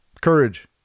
Courage